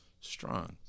strong